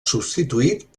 substituït